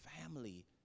family